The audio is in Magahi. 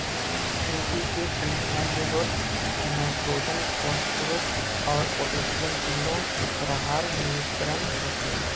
एन.पी.के फ़र्टिलाइज़रोत नाइट्रोजन, फस्फोरुस आर पोटासियम तीनो रहार मिश्रण होचे